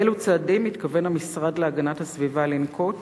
אילו צעדים מתכוון המשרד להגנת הסביבה לנקוט